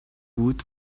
woot